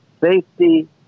safety